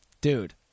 Dude